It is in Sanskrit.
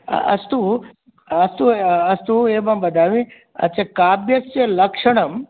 अस्तु अस्तु अस्तु एवं वदामि अच्छा काब्यस्य लक्षणं